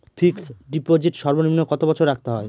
Fixed deposit সর্বনিম্ন কত বছর রাখতে হয়?